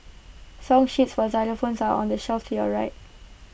song sheets for xylophones are on the shelf to your right